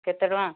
କେତେ ଟଙ୍କା